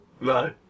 No